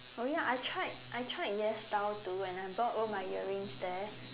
oh ya I tried I tried YesStyle too and I bought all my earrings there